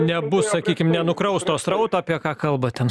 nebus sakykim nenukrausto srauto apie ką kalba ten